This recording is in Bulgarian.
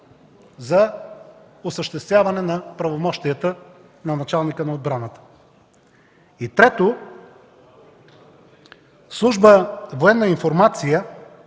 за осъществяване на правомощията на началника на отбраната. И трето, служба „Военна информация”,